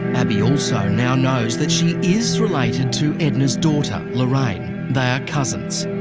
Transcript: abii also now knows that she is related to edna's daughter, lorraine. they are cousins.